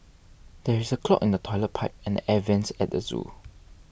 there is a clog in the Toilet Pipe and the Air Vents at the zoo